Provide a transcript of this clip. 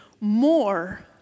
more